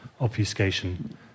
obfuscation